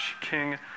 king